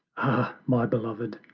ah, my beloved,